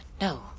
no